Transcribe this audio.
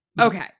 Okay